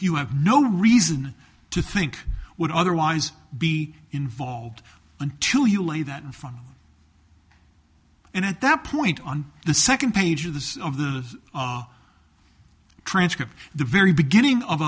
you have no reason to think would otherwise be involved until you lay that in front and at that point on the second page of the of the transcript the very beginning of